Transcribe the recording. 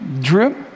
drip